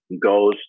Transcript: goes